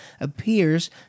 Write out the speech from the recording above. appears